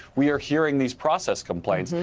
we are hearing these process complaints.